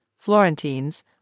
florentines